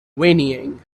whinnying